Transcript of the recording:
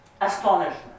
Astonishment